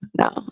No